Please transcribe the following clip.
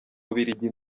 bubiligi